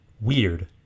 Weird